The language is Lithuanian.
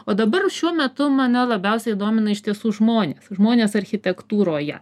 o dabar šiuo metu mane labiausiai domina iš tiesų žmonės žmonės architektūroje